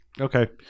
Okay